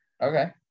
Okay